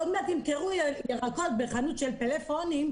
עוד מעט ימכרו ירקות בחנות של פלאפונים,